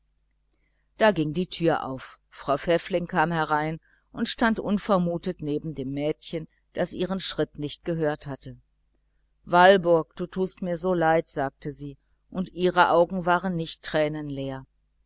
da ging die türe auf frau pfäffling kam herein und stand unvermutet neben dem mädchen das ihren schritt nicht gehört hatte walburg du tust mir so leid sagte sie und ihre augen waren nicht